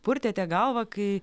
purtėte galvą kai